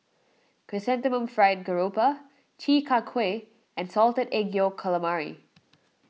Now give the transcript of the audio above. Chrysanthemum Fried Garoupa Chi Kak Kuih and Salted Egg Yolk Calamari